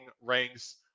ranks